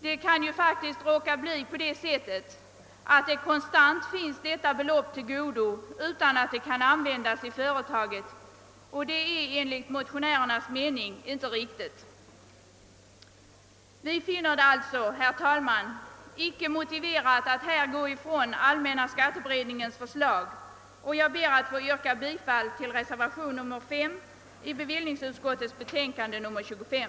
Det kan faktiskt råka bli så, att det konstant finns detta belopp till godo utan att det kan användas i företaget, och det är enligt motionärernas mening inte riktigt. Vi finner det alltså, herr talman, icke motiverat att här gå ifrån allmänna skatteberedningens förslag, och jag ber att få yrka bifall till reservation nr 5 i bevillningsutskottets betänkande nr 25.